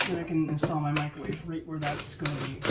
i can install my microwave right where that's going